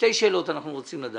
שתי שאלות אנחנו שואלים.